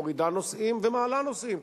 מורידה נוסעים ומעלה נוסעים.